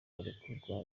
barekurwa